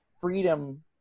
freedom